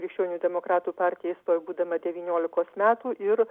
krikščionių demokratų partiją įstojo būdama devyniolikos metų ir